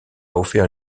offert